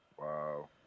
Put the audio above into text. Wow